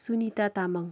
Sunita Tamang